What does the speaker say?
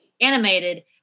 animated